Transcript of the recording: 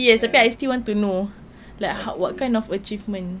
ya okay